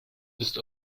ist